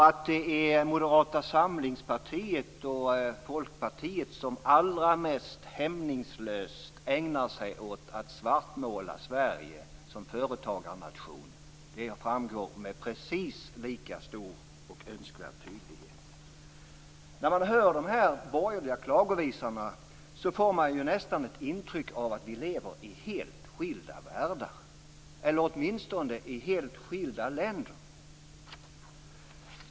Att det är Moderata samlingspartiet och Folkpartiet som allra mest hämningslöst ägnar sig åt att svartmåla Sverige som företagarnation framgår med precis lika stor och önskvärd tydlighet. När man hör de borgerliga klagovisorna får man nästan ett intryck av att vi lever i helt skilda världar, eller åtminstone i helt skilda länder.